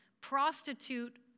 prostitute